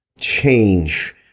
change